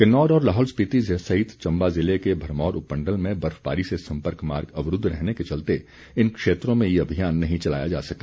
किन्नौर और लाहौल स्पीति सहित चम्बा ज़िले के भरमौर उपमण्डल में बर्फबारी से संपर्क मार्ग अवरूद्व रहने के चलते इन क्षेत्रों में ये अभियान नहीं चलाया जा सका